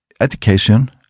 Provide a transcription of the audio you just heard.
education